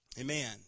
Amen